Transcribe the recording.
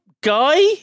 guy